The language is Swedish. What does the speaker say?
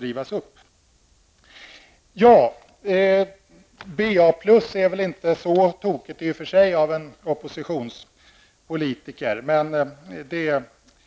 Betyget BA+ är väl i och för sig inte så tokigt för att komma ifrån en oppositionspolitiker. Det